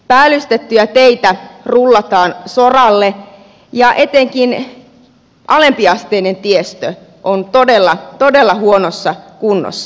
päällystettyjä teitä rullataan soralle ja etenkin alempiasteinen tiestö on todella todella huonossa kunnossa